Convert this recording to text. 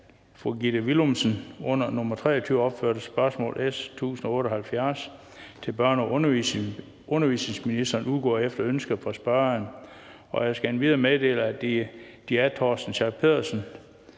af Gitte Willumsen (V) under nr. 23 opførte spørgsmål til børne- og undervisningsministeren (S 1078) udgår efter ønske fra spørgeren. Jeg skal endvidere meddele, at de af Torsten Schack Pedersen